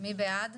מי בעד?